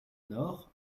nord